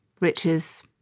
riches